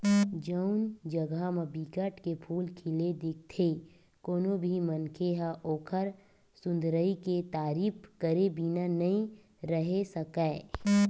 जउन जघा म बिकट के फूल खिले दिखथे कोनो भी मनखे ह ओखर सुंदरई के तारीफ करे बिना नइ रहें सकय